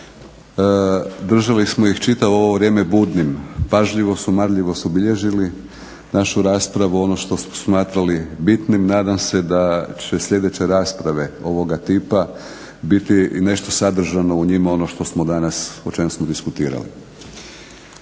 Držali smo ih čitavo ovo vrijeme budnim. Pažljivo su, marljivo su bilježili našu raspravu ono što su smatrali bitnim. Nadam se da će sljedeće rasprave ovoga tipa biti i nešto sadržano u njima ono što smo danas o čem smo diskutirali.